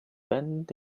bend